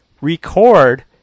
record